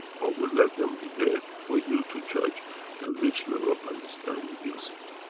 but we'll let them be there for you to judge at which level of understanding you sit.